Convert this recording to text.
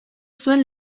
zuen